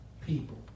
people